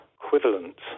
equivalent